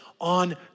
on